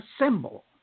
assemble